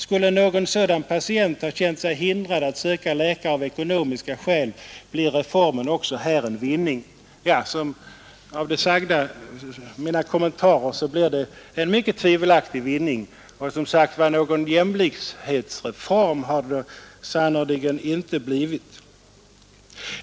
Skulle någon sådan patient ha känt sig hindrad att söka läkare av ekonomiska skäl, blir reformen också här en vinning.” Det blir en mycket tvivelaktig vinning. Och som sagt någon jämlikhetsreform har det sannerligen inte blivit.